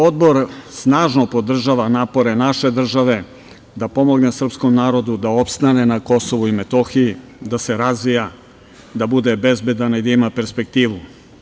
Odbor snažno podržava napore naše države da pomogne srpskom narodu da opstane na Kosovu i Metohiji, da se razvija, da bude bezbedan i da ima perspektivu.